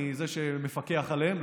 אני זה שמפקח עליהן,